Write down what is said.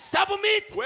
Submit